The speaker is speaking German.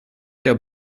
der